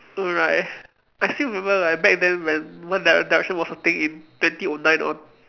oh right I still remember like back then when one dire~ direction was a thing in twenty O nine or